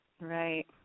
Right